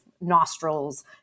nostrils